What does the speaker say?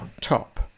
top